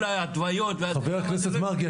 בסדר גמור,